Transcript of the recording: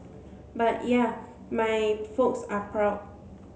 but yeah my folks are proud